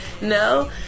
No